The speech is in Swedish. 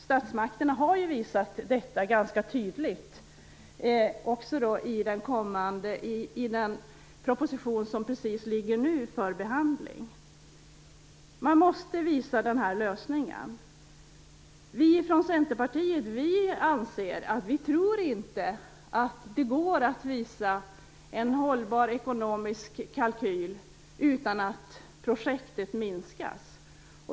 Statsmakterna har ju visat detta ganska tydligt i den proposition som precis nu ligger för behandling. Man måste visa upp den här lösningen. Vi i Centerpartiet tror inte att det går att visa en hållbar ekonomisk kalkyl utan att projektet minskas.